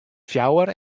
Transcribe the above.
fjouwer